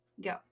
go